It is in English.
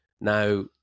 Now